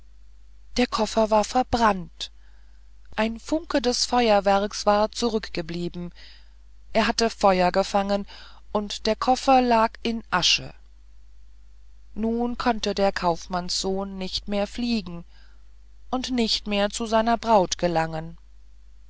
der koffer war verbrannt ein funken des feuerwerks war zurückgeblieben der hatte feuer gefangen und der koffer lag in asche nun konnte der kaufmannssohn nicht mehr fliegen nicht mehr zu seiner braut gelangen